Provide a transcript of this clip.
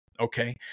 Okay